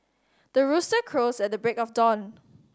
the rooster crows at the break of dawn